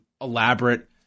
elaborate